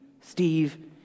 Steve